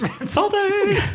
Insulting